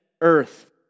earth